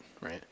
right